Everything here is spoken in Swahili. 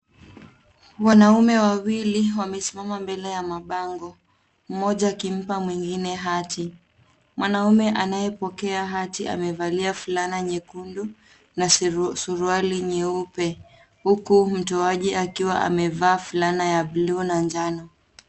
Wanaume wawili wamesimama mbele ya mabango, mmoja akimpa mwingine hati. Mwanaume anayepokea hati amevalia fulana nyekundu na suruali nyeupe, huku mtoaji akiwa amevaa fulana ya blue na njano.